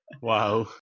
Wow